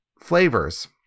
flavors